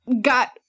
got